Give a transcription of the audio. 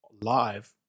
live